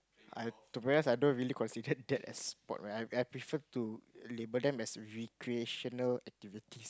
I to be honest I don't really consider that as sport where I prefer to label them as recreational activity